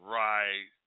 right